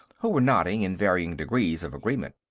who were nodding in varying degrees of agreement.